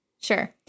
Sure